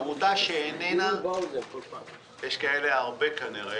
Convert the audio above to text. עמותה שאיננה פעילה ויש כנראה רבות כאלה